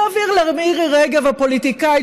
להעביר למירי רגב הפוליטיקאית,